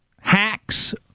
hacks